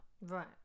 Right